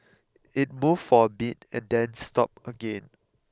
it moved for a bit and then stopped again